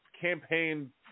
campaign